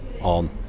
on